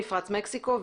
מפרץ מקסיקו,